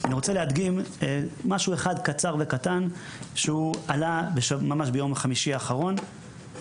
אני רוצה להדגים משהו אחד קצר וקטן שהוא עלה ממש ביום חמישי האחרון